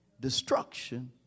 destruction